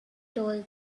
told